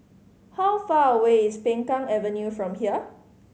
how far away is Peng Kang Avenue from here